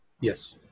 Yes